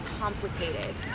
complicated